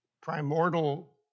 primordial